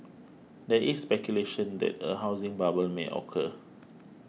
there is speculation that a housing bubble may occur